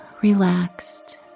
relaxed